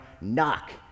knock